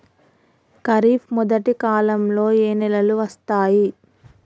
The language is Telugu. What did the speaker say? ఖరీఫ్ మొదటి కాలంలో ఏ నెలలు వస్తాయి?